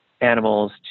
animals